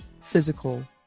physical